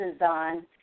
on